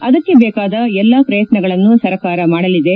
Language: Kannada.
ಅದಕ್ಕೆ ಬೇಕಾದ ಎಲ್ಲ ಪ್ರಯತ್ನಗಳನ್ನು ಸರಕಾರ ಮಾಡಲಿದೆ